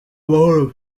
mahoro